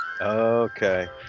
Okay